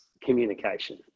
communication